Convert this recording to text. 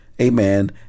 amen